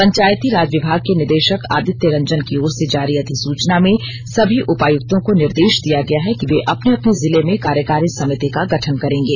पंचायती राज विभाग के निदेशक आदित्य रंजन की ओर से जारी अधिसूचना में सभी उपायुक्तों को निर्देश दिया गया है कि वे अपने अपने जिले में कार्यकारी समिति का गठन करेंगे